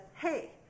hey